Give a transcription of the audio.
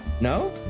No